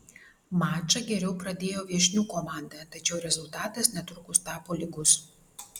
mačą geriau pradėjo viešnių komanda tačiau rezultatas netrukus tapo lygus